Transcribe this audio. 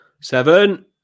seven